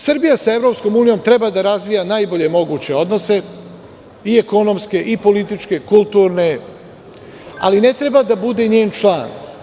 Srbija sa EU treba da razvija najbolje moguće odnose i ekonomske i političke, kulturne, ali ne treba da bude njen član.